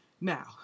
Now